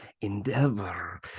endeavor